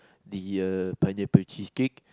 the uh pineapple cheesecake